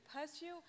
pursue